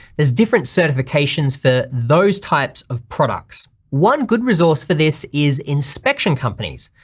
there's different certifications for those types of products. one good resource for this is inspection companies,